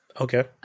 Okay